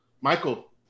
Michael